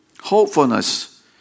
hopefulness